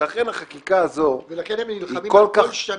ולכן, החקיקה הזו --- ולכן הם נלחמים על כל שנה.